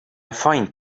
find